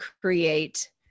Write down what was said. create